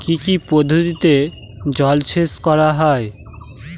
কি কি পদ্ধতিতে জলসেচ করা হয়?